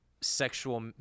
sexual